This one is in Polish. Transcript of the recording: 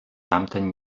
tamten